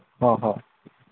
ꯍꯣꯍꯣꯏ